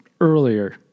earlier